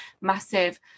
massive